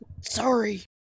Sorry